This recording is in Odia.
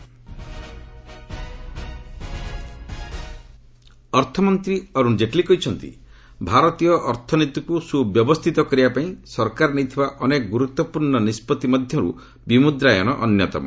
ଡିମନିଟାଇଜେସନ୍ ଜେଟ୍ଲୀ ଅର୍ଥମନ୍ତ୍ରୀ ଅରୁଣ୍ ଜେଟ୍ଲୀ କହିଚ୍ଚନ୍ତି ଭାରତୀୟ ଅର୍ଥନୀତିକୁ ସୁବ୍ୟବସ୍ଥିତ କରିବାପାଇଁ ସରକାର ନେଇଥିବା ଅନେକ ଗୁରୁତ୍ୱପୂର୍ଣ୍ଣ ନିଷ୍ପତ୍ତି ମଧ୍ୟରୁ ବିମୁଦ୍ରାୟନ ଅନ୍ୟତମ